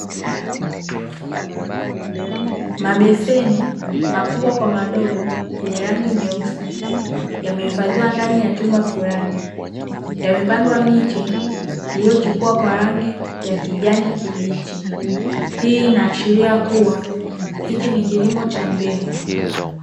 Mabeseni makubwa kwa madogo yenye rangi nyeusi yamehifadhiwa ndani ya chumba fulani. Yamepandwa miche iliyochipua kwa rangi ya kijani kibichi, hii inaashiria kuwa hichi ni kilimo cha mbegu.